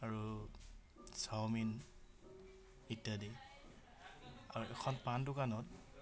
আৰু চাওমিন ইত্যাদি আৰু এখন পাণ দোকানত